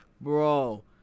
bro